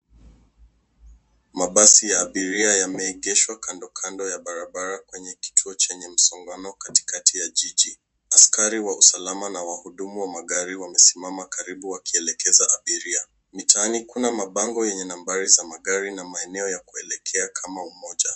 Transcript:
Mabasi ya abiria yameegeshwa kando kando ya barabara kwenye kituo chenye msongono katikati ya jiji. Askari wa usalama na wahudumu wa magari wamesimama karibu wakielekeza abira. Mitaani kuna mabango enye nambari za magari na maeneo ya kuelekea kama Umoja.